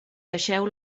deixeu